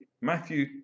Matthew